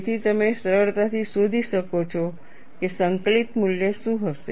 તેથી તમે સરળતાથી શોધી શકો છો કે સંકલિત મૂલ્ય શું હશે